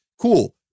Cool